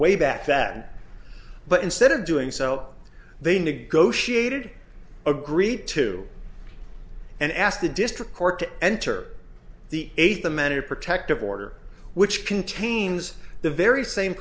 way back then but instead of doing so they negotiated agree to and asked the district court to enter the eighth the manager protective order which contains the very same